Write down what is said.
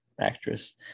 actress